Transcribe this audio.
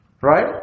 Right